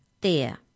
There